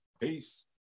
Peace